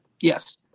Yes